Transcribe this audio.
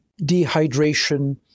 dehydration